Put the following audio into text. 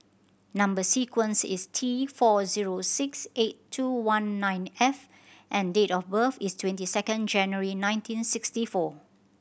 number sequence is T four zero six eight two one nine F and date of birth is twenty second January nineteen sixty four